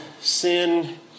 sin